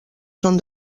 són